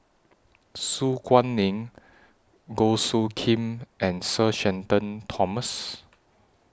Su Guaning Goh Soo Khim and Sir Shenton Thomas